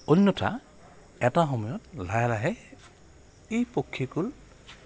অন্যথা এটা সময়ত লাহে লাহে এই পক্ষীকুল